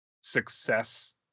success